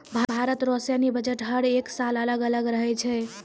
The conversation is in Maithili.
भारत रो सैन्य बजट हर एक साल अलग अलग रहै छै